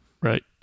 Right